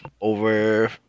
over